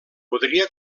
podria